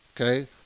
Okay